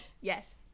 yes